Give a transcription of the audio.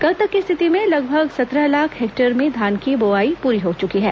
कल तक की स्थिति में लगभग सत्रह लाख हेक्टेयर में धान की बोआई पूरी हो चुकी है